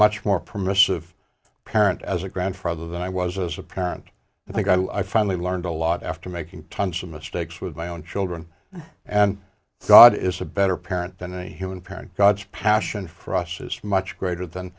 much more permissive parent as a grandfather than i was as a parent i think i finally learned a lot after making tons of mistakes with my own children and god is a better parent than a human parent god's passion for us is much greater than